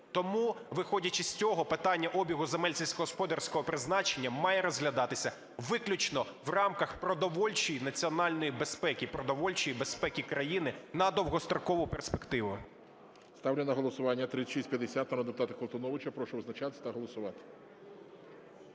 Тому, виходячи з цього, питання обігу земель сільськогосподарського призначення, має розглядатися виключно в рамках продовольчої національної безпеки, продовольчої безпеки країни на довгострокову перспективу. ГОЛОВУЮЧИЙ. Ставлю на голосування 3650 народного депутата Колтуновича. Прошу визначатись та голосувати.